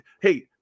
hey